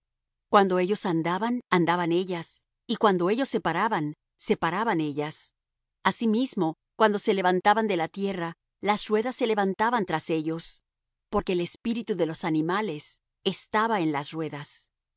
cuando ellos andaban andaban ellas y cuando ellos se paraban se paraban ellas asimismo cuando se levantaban de la tierra las ruedas se levantaban tras ellos porque el espíritu de los animales estaba en las ruedas